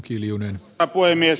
herra puhemies